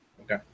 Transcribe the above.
okay